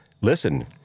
listen